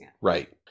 right